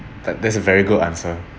that there's a very good answer